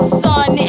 sun